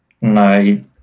No